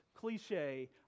cliche